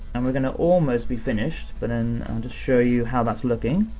and we're gonna almost be finished, but then i'll just show you how that's looking,